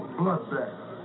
bloodbath